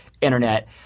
Internet